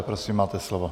Prosím máte slovo.